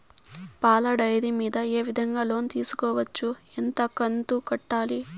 పాల డైరీ మీద ఏ విధంగా లోను తీసుకోవచ్చు? ఎంత కంతు కట్టాలి?